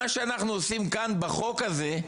מה שאנחנו עושים כאן בחוק הזה,